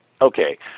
okay